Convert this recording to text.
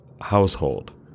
household